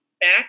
back